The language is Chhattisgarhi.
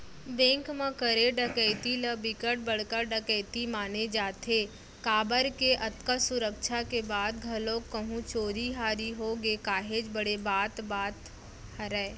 बेंक म करे डकैती ल बिकट बड़का डकैती माने जाथे काबर के अतका सुरक्छा के बाद घलोक कहूं चोरी हारी होगे काहेच बड़े बात बात हरय